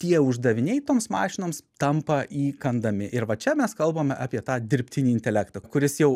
tie uždaviniai toms mašinoms tampa įkandami ir va čia mes kalbame apie tą dirbtinį intelektą kuris jau